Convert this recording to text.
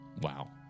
Wow